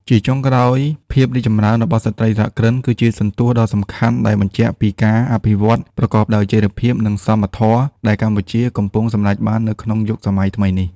ជាចុងក្រោយ ភាពរីកចម្រើនរបស់ស្ត្រីសហគ្រិន គឺជាសន្ទស្សន៍ដ៏សំខាន់ដែលបញ្ជាក់ពីការអភិវឌ្ឍប្រកបដោយចីរភាព និងសមធម៌ ដែលកម្ពុជាកំពុងសម្រេចបាននៅក្នុងយុគសម័យថ្មីនេះ។